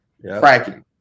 cracking